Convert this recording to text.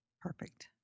Perfect